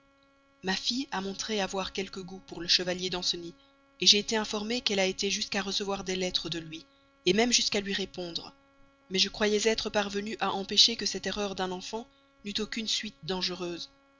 ma fille a montré avoir quelque goût pour le chevalier danceny j'ai été informée qu'elle a été jusqu'à recevoir des lettres de lui même jusqu'à lui répondre mais je croyais être parvenue à empêcher que cette erreur d'un enfant n'eût aucune suite dangereuse